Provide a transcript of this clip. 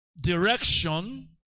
Direction